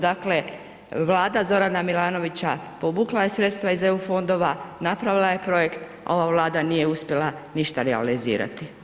Dakle, vlada Zorana Milanovića povukla je sredstva iz EU fondova, napravila je projekt, a ova Vlada nije uspjela ništa realizirati.